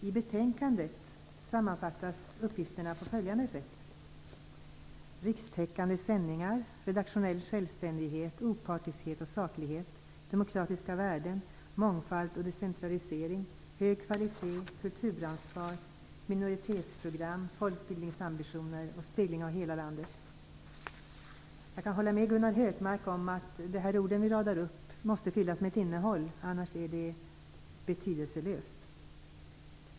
I betänkandet sammanfattas uppgifterna på följande sätt: Rikstäckande sändningar, redaktionell självständighet, opartiskhet och saklighet, demokratiska värden, mångfald och decentralisering, hög kvalitet, kulturansvar, minoritetsprogram, folkbildningsambitioner och spegling av hela landet. Jag kan hålla med Gunnar Hökmark om att de här orden måste fyllas med ett innehåll - annars är det betydelselöst.